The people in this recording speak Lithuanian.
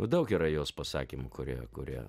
daug yra jos pasakymų kurie kurie